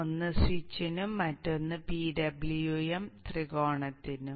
ഒന്ന് സ്വിച്ചിനും മറ്റൊന്ന് PWM ത്രികോണത്തിനും